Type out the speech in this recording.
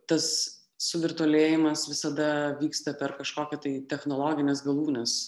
tas suvirtualėjimas visada vyksta per kažkokį tai technologines galūnes